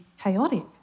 chaotic